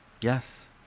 Yes